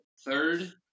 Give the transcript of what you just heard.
Third